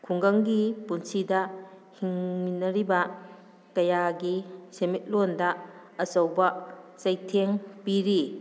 ꯈꯨꯡꯒꯪꯒꯤ ꯄꯨꯟꯁꯤꯗ ꯍꯤꯡꯃꯤꯟꯅꯔꯤꯕ ꯀꯌꯥꯒꯤ ꯁꯦꯟꯃꯤꯠꯂꯣꯟꯗ ꯑꯆꯧꯕ ꯆꯩꯊꯦꯡ ꯄꯤꯔꯤ